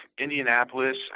Indianapolis